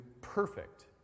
perfect